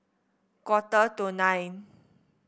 quarter to nine